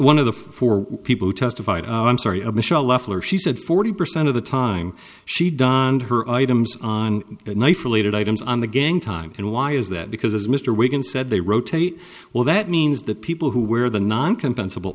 one of the four people who testified i'm sorry of michelle leffler she said forty percent of the time she donned her items on the night related items on the gang time and why is that because as mr reagan said they rotate well that means that people who wear the non compatible